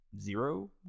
zero